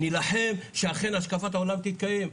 נילחם שאכן השקפת העולם תתקיים.